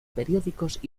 periódicos